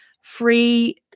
free